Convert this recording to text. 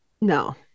no